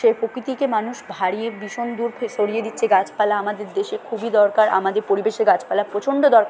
সেই প্রকৃতিকে মানুষ হারিয়ে ভীষণ রূপে সরিয়ে দিচ্ছে গাছপালা আমাদের দেশে খুবই দরকার আমাদের পরিবেশে গাছপালার প্রচণ্ড দরকার